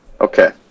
Okay